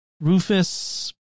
Rufus